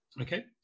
Okay